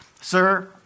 sir